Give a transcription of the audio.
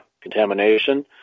contamination